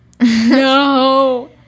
No